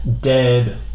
dead